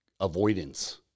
avoidance